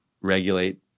regulate